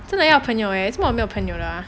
真的要朋友的做么我没有朋友的啊